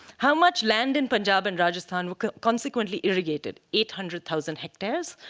how much land in punjab and rajasthan were consequently irrigated, eight hundred thousand hectares.